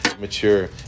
mature